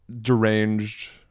deranged